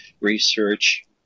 research